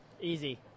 Easy